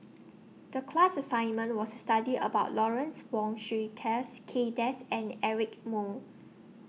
The class assignment was to study about Lawrence Wong Shyun Tsai Kay Das and Eric Moo